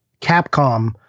Capcom